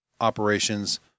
operations